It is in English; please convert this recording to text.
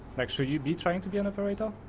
make sure you be trying to be an operator.